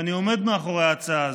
ואני עומד מאחורי ההצעה הזו,